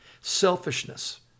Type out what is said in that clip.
Selfishness